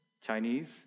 Chinese